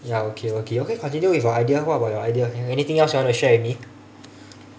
ya okay okay okay continue with your idea what about your idea anything else you want to share with me